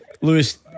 Lewis